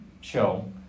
show